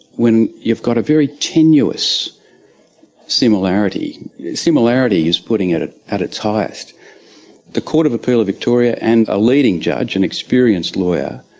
when you've got a very tenuous similarity similarity is putting it it at its highest the court of appeal of victoria and a leading judge, an and experienced lawyer,